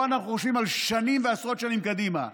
פה אנחנו חושבים על שנים ועשרות שנים קדימה,